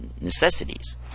necessities